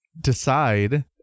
decide